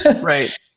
Right